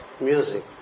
music